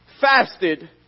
fasted